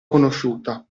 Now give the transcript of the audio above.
conosciuta